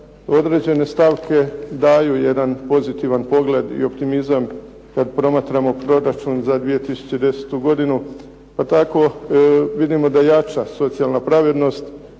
određene stavke daju jedan pozitivan pogled i optimizam kad promatramo proračun za 2010. godinu pa tako vidimo da jača socijalna pravednost,